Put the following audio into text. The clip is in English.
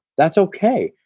that's ok,